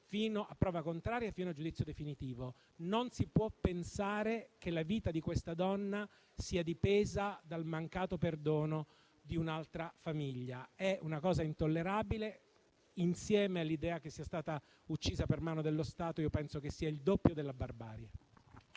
a prova contraria e fino a giudizio definitivo. Non si può pensare che la vita di quella donna sia dipesa dal mancato perdono di un'altra famiglia. È una cosa intollerabile e, insieme all'idea che sia stata uccisa per mano dello Stato, penso sia il doppio della barbarie.